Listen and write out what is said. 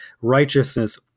righteousness